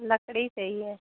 लकड़ी चाहिए